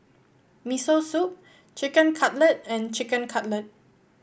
Miso Soup Chicken Cutlet and Chicken Cutlet